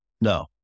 No